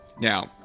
Now